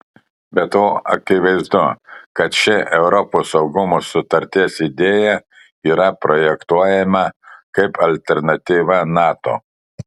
be to akivaizdu kad ši europos saugumo sutarties idėja yra projektuojama kaip alternatyva nato